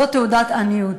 זאת תעודת עניות.